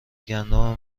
گندم